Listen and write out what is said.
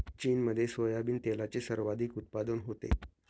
चीनमध्ये सोयाबीन तेलाचे सर्वाधिक उत्पादन होते